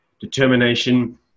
determination